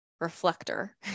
reflector